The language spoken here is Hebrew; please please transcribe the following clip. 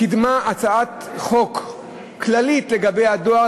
קידמה הצעת חוק כללית לגבי הדואר,